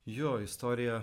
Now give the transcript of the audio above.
jo istorija